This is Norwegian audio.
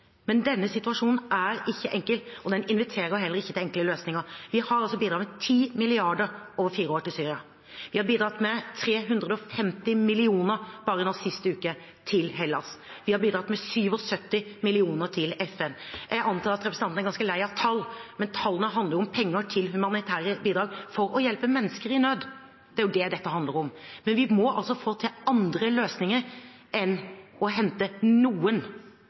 men denne situasjonen er ikke enkel og inviterer heller ikke til enkle løsninger. Vi har altså bidratt med 10 mrd. kr over fire år til Syria. Vi bidro med 350 mill. kr bare sist uke til Hellas. Vi har bidratt med 77 mill. kr til FN. Jeg antar at representanten Andersen er ganske lei av tall, men tallene handler om penger til humanitære bidrag for å hjelpe mennesker i nød. Det er jo det dette handler om. Men vi må få til andre løsninger enn å hente noen